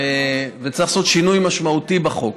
וצריך לעשות שינוי משמעותי בחוק,